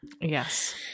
Yes